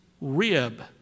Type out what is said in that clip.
rib